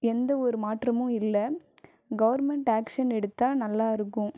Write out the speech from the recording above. எந்த ஒரு மாற்றமும் இல்லை கவர்மெண்ட் ஆக்ஷ்ன் எடுத்தால் நல்லா இருக்கும்